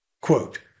quote